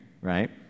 right